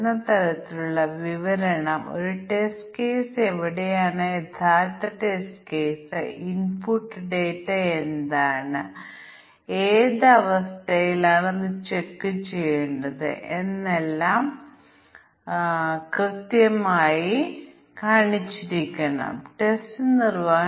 അതിനാൽ ഇത് അതിർത്തിയിലെ പരിഗണനയും കോഡിലേക്കുള്ള വിവർത്തനവും ശ്രദ്ധിക്കുമായിരുന്നു ഈ സ്പെസിഫിക്കേഷൻ കോഡ് ചെയ്യുന്ന ഒരു പ്രോഗ്രാമർക്ക് അതിർത്തിയിൽ പ്രശ്നമുണ്ടാകില്ല അത് പ്രശ്നം ഉണ്ടാക്കുന്നില്ലെങ്കിൽ കോഡിംഗിൽ തന്നെ തെറ്റ് വരുത്തുക